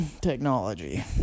Technology